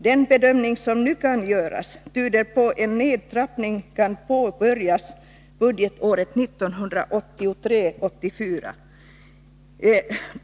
Den bedömning som nu kan göras tyder på att en nedtrappning kan påbörjas budgetåret 1983/84.